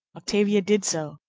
octavia did so,